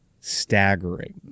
staggering